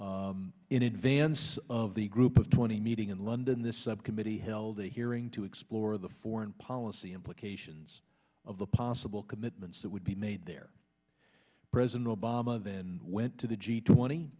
rendition in advance of the group of twenty meeting in london this subcommittee held a hearing to explore the foreign policy implications of the possible commitments that would be made there president obama then went to the g twenty